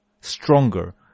stronger